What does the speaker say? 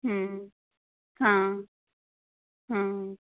हाँ हाँ